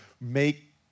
make